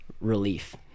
relief